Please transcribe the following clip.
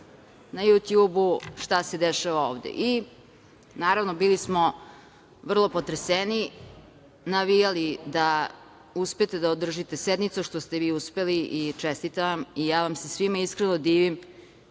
na Jutjubu šta se dešava ovde. Naravno, bili smo vrlo potreseni, navijali da uspete da održite sednicu, što ste i uspeli i čestitam vam. Ja vam se svima iskreno divim